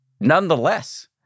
nonetheless